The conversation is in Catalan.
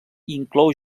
inclou